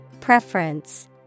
Preference